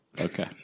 Okay